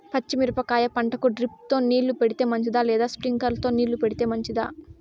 పచ్చి మిరపకాయ పంటకు డ్రిప్ తో నీళ్లు పెడితే మంచిదా లేదా స్ప్రింక్లర్లు తో నీళ్లు పెడితే మంచిదా?